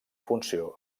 funció